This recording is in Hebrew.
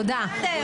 תודה.